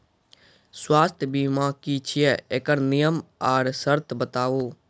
स्वास्थ्य बीमा की छियै? एकरऽ नियम आर सर्त बताऊ?